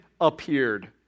appeared